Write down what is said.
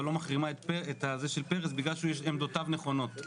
אבל לא מחרימה את פרס בגלל שעמדותיו נכונות.